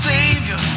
Savior